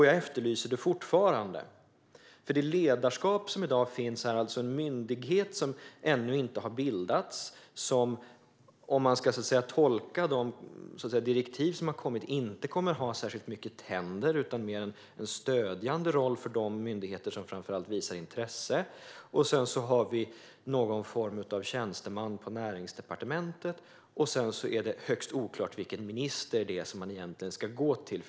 Jag efterlyser det fortfarande, för det ledarskap som i dag finns är alltså en myndighet som ännu inte har bildats och som att döma av de direktiv som har kommit inte kommer att få särskilt mycket tänder utan mer av en stödjande roll för framför allt de myndigheter som visar intresse. Det finns också en tjänsteman på Näringsdepartementet, och sedan är det högst oklart vilken minister man ska gå till.